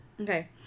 Okay